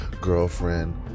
girlfriend